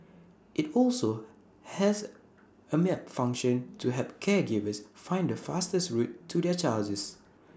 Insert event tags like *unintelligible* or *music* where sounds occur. IT also has A map function to help caregivers find the fastest route to *unintelligible*